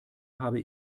habe